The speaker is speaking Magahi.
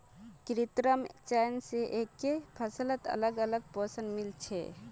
कृत्रिम चयन स एकके फसलत अलग अलग पोषण मिल छे